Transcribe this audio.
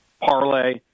parlay